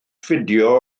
fideo